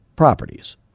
properties